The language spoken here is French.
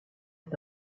est